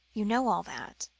you know all that?